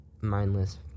mindless